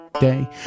day